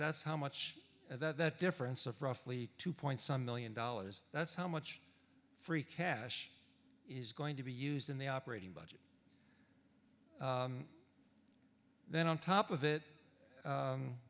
that's how much of that difference of roughly two point some million dollars that's how much free cash is going to be used in the operating budget and then on top of it